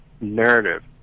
narrative